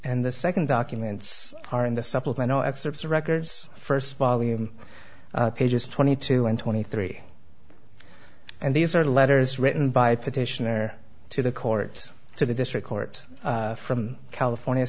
and the second documents are in the supplemental excerpts the records first volume pages twenty two and twenty three and these are letters written by petitioner to the court to the district court from california